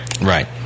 Right